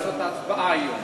האם אפשר לעשות את ההצבעה היום?